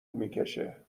میکشه